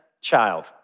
child